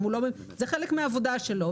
זה חלק מהעבודה שלו.